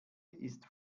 ist